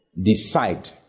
decide